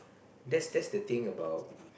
that's that's the thing about